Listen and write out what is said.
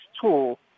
tool